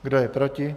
Kdo je proti?